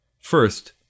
First